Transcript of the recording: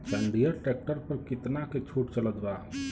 जंडियर tractor पर कितना के छूट चलत बा?